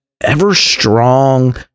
ever-strong